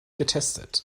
getestet